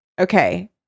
okay